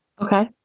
Okay